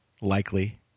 likely